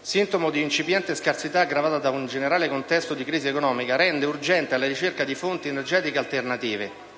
sintomo di un'incipiente scarsità aggravata da un generale contesto di crisi economica, rende urgente la ricerca di fonti energetiche alternative.